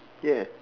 ya